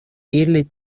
ili